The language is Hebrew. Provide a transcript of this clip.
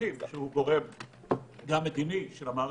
השטחים שהוא גורם גם מדיני של המערכת.